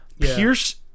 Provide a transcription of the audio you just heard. Pierce